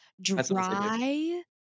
dry